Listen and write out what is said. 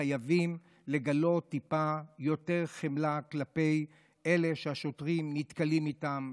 חייבים לגלות טיפה יותר חמלה כלפי אלה שהשוטרים נתקלים בהם,